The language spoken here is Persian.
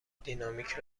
دینامیک